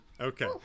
Okay